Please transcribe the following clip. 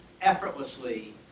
effortlessly